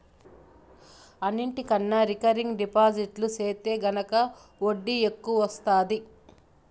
అన్నిటికన్నా recurring deposit సెత్తే గనక ఒడ్డీ ఎక్కవొస్తాది